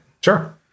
Sure